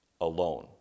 alone